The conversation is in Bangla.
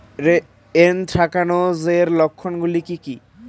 এ্যানথ্রাকনোজ এর লক্ষণ গুলো কি কি?